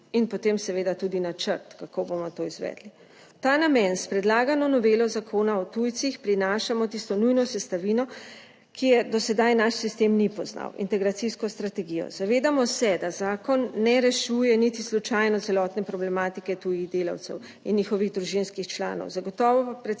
in potem seveda tudi načrt, kako bomo to izvedli. V ta namen s predlagano novelo Zakona o tujcih prinašamo tisto nujno sestavino, ki je do sedaj naš sistem ni poznal, integracijsko strategijo. Zavedamo se, da zakon ne rešuje niti slučajno celotne problematike tujih delavcev in njihovih družinskih 7. TRAK: (SB)